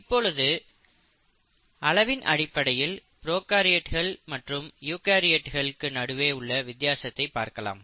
இப்பொழுது அளவின் அடிப்படையில் ப்ரோகாரியோட்ஸ் மற்றும் யூகரியோட்ஸ் நடுவே உள்ள வித்தியாசத்தை பார்க்கலாம்